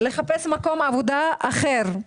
לחפש מקום עבודה אחר.